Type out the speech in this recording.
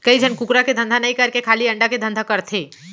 कइ झन कुकरा के धंधा नई करके खाली अंडा के धंधा करथे